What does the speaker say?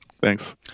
Thanks